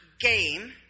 game